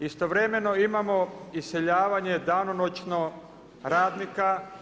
Istovremeno imamo iseljavanje danonoćno radnika.